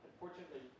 Unfortunately